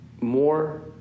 more